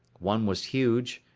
one was huge,